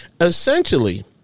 Essentially